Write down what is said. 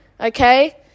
okay